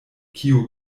kiu